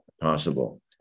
possible